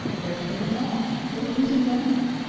they're tailing off! they're losing ground!